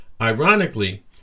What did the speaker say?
Ironically